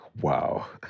wow